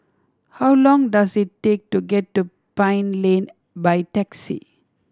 how long does it take to get to Pine Lane by taxi